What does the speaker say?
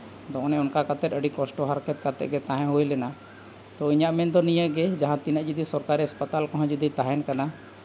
ᱟᱫᱚ ᱚᱱᱮ ᱚᱱᱠᱟ ᱠᱟᱛᱮᱫ ᱟᱹᱰᱤ ᱠᱚᱥᱴᱚ ᱦᱟᱨᱠᱮᱛ ᱠᱟᱛᱮᱫ ᱜᱮ ᱛᱟᱦᱮᱸ ᱦᱩᱭ ᱞᱮᱱᱟ ᱛᱚ ᱤᱧᱟᱹᱜ ᱢᱮᱱ ᱫᱚ ᱱᱤᱭᱟᱹᱜᱮ ᱡᱟᱦᱟᱸ ᱛᱤᱱᱟᱹᱜ ᱡᱩᱫᱤ ᱥᱚᱨᱠᱟᱨᱤ ᱦᱟᱸᱥᱯᱟᱛᱟᱞ ᱠᱚᱦᱚᱸ ᱡᱩᱫᱤ ᱛᱟᱦᱮᱱ ᱠᱟᱱᱟ